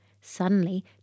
Suddenly